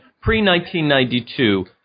pre-1992